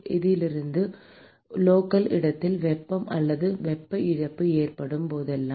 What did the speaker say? இதிலிருந்து லோக்கள் இடத்தில் வெப்பம் அல்லது வெப்ப இழப்பு ஏற்படும் போதெல்லாம்